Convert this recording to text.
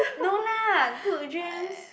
no lah good dreams